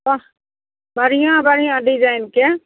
बढिऑं बढिऑं डिजाइनके